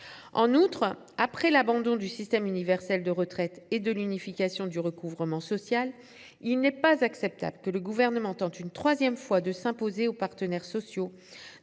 En outre, après l’abandon du système universel de retraite et de l’unification du recouvrement social, il n’est pas acceptable que le Gouvernement tente une troisième fois de s’imposer aux partenaires sociaux,